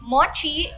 Mochi